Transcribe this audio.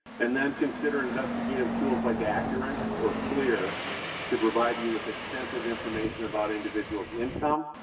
and then consider investigative tools like accurate or clear to provide you with extensive information about individuals' income,